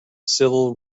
civil